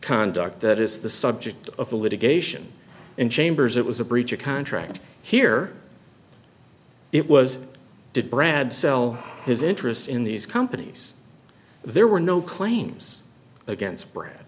conduct that is the subject of the litigation in chambers it was a breach of contract here it was did brad sell his interest in these companies there were no claims against brad